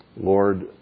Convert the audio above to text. Lord